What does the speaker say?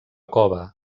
cova